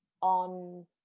on